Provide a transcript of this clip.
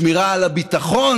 שמירה על הביטחון,